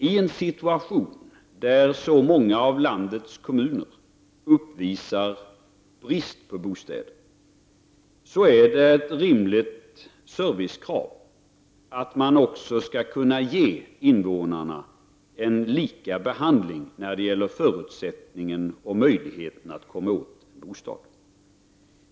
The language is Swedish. I en situation där så många av landets kommuner uppvisar brist på bostäder är det ett rimligt servicekrav att invånarna skall kunna ges lika behandling när det gäller förutsättningarna och möjligheterna att få en bostad.